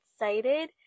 excited